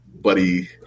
buddy